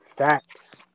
Facts